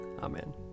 Amen